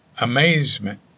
amazement